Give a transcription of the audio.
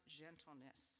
gentleness